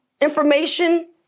information